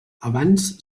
abans